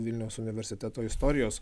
vilniaus universiteto istorijos